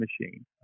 machine